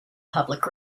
public